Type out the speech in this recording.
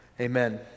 Amen